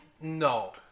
no